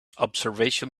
observation